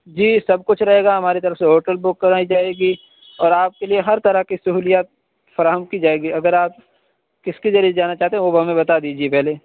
جی سب کچھ رہے گا ہماری طرف سے ہوٹل بک کرائی جائے گی اور آپ کے لئے ہر طرح کی سہولیات فراہم کی جائے گی اگر آپ کس کے ذریعے جانا چاہتے ہیں وہ ہمیں بتا دیجیے پہلے